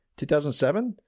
2007